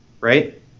right